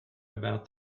about